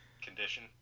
condition